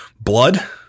blood